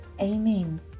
Amen